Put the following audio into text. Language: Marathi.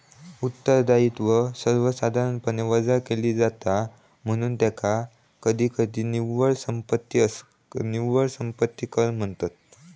उत्तरदायित्व सर्वसाधारणपणे वजा केला जाता, म्हणून त्याका कधीकधी निव्वळ संपत्ती कर म्हणतत